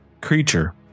creature